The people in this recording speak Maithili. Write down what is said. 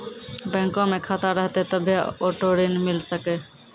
बैंको मे खाता रहतै तभ्भे आटो ऋण मिले सकै